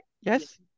Yes